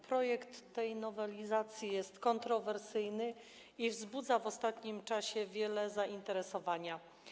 Projekt tej nowelizacji jest kontrowersyjny i wzbudza w ostatnim czasie wiele zainteresowania.